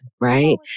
Right